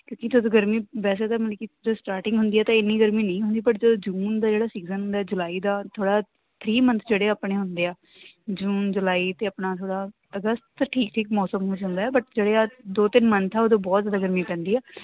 ਕਿਉਂਕਿ ਜਦ ਗਰਮੀ ਵੈਸੇ ਤਾਂ ਮਤਲਬ ਕਿ ਜਦ ਸਟਾਰਟਿੰਗ ਹੁੰਦੀ ਹੈ ਤਾਂ ਇੰਨੀ ਗਰਮੀ ਨਹੀਂ ਹੁੰਦੀ ਪਰ ਜਦੋਂ ਜੂਨ ਦਾ ਜਿਹੜਾ ਸੀਜ਼ਨ ਹੁੰਦਾ ਜੁਲਾਈ ਦਾ ਥੋੜ੍ਹਾ ਥ੍ਰੀ ਮੰਨਥ ਜਿਹੜੇ ਆਪਣੇ ਹੁੰਦੇ ਆ ਜੂਨ ਜੁਲਾਈ ਅਤੇ ਆਪਣਾ ਥੋੜ੍ਹਾ ਅਗਸਤ ਠੀਕ ਠੀਕ ਮੌਸਮ ਹੋ ਜਾਂਦਾ ਬਟ ਜਿਹੜੇ ਆਹ ਦੋ ਤਿੰਨ ਮੰਥ ਆ ਉਦੋਂ ਬਹੁਤ ਜ਼ਿਆਦਾ ਗਰਮੀ ਪੈਂਦੀ ਆ